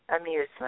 amusement